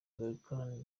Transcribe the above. gallican